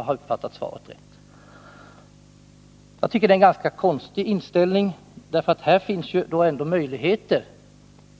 Jag tycker att det är en ganska konstig inställning, eftersom det här ändå finns möjligheter